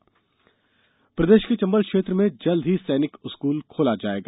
सैनिक स्कूल प्रदेश के चंबल क्षेत्र में जल्द ही सैनिक स्कूल खोला जायेगा